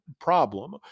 problem